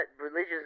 religious